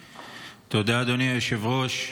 תודה, אדוני היושב-ראש.